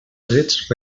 drets